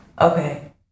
okay